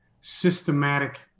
systematic